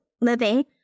living